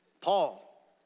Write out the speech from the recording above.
Paul